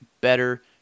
better